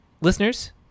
listeners